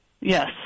Yes